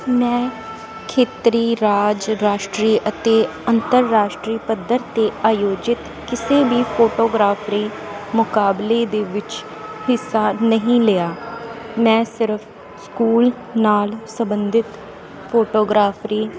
ਮੈਂ ਖੇਤਰੀ ਰਾਜ ਰਾਸ਼ਟਰੀ ਅਤੇ ਅੰਤਰਰਾਸ਼ਟਰੀ ਪੱਧਰ 'ਤੇ ਆਯੋਜਿਤ ਕਿਸੇ ਵੀ ਫੋਟੋਗ੍ਰਾਫਰੀ ਮੁਕਾਬਲੇ ਦੇ ਵਿੱਚ ਹਿੱਸਾ ਨਹੀਂ ਲਿਆ ਮੈਂ ਸਿਰਫ਼ ਸਕੂਲ ਨਾਲ ਸੰਬੰਧਿਤ ਫੋਟੋਗ੍ਰਾਫਰੀ